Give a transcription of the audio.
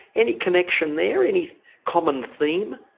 any connection there? any common theme?